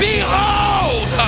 Behold